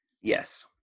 Yes